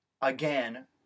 again